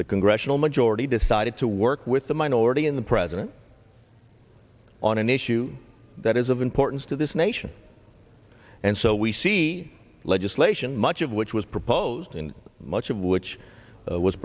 the congressional majority decided to work with the minority in the president on an issue that is of importance to this nation and so we see legislation much of which was proposed in much of which was